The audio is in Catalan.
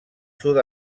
sud